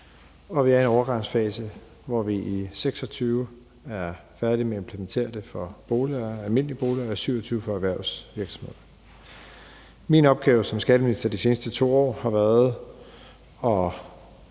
Vi er i en overgangsfase, hvor vi i 2026 er færdige med at implementere det for almindelige boligejere og i 2027 for erhvervsvirksomheder. Min opgave som skatteminister de seneste 2 år har været at